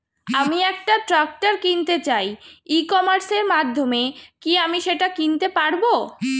আমি একটা ট্রাক্টর কিনতে চাই ই কমার্সের মাধ্যমে কি আমি সেটা কিনতে পারব?